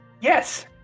Yes